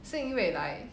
是因为 like